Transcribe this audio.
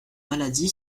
maladie